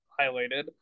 highlighted